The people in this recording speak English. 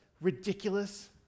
ridiculous